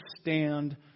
stand